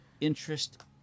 interest